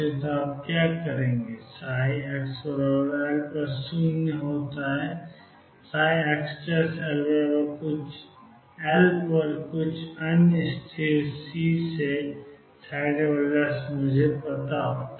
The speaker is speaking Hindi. तो आप क्या करेंगे xL0 ले पर xL कुछ अन्य स्थिर C से मुझे पता है